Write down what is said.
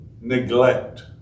neglect